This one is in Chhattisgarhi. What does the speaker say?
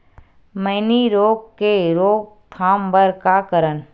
मैनी रोग के रोक थाम बर का करन?